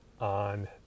on